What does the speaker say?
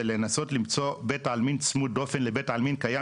לנסות למצוא בית עלמין צמוד דופן לבית עלמין קיים